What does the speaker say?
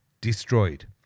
destroyed